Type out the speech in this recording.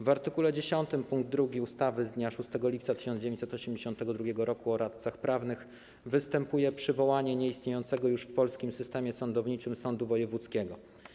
W art. 10 pkt 2 ustawy z dnia 6 lipca 1982 r. o radcach prawnych występuje przywołanie nieistniejącego już w polskim systemie sądowniczym sądu wojewódzkiego.